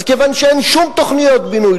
אז כיוון שאין שום תוכניות בינוי,